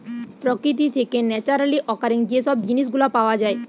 প্রকৃতি থেকে naturally occurring যে সব জিনিস গুলা পাওয়া যায়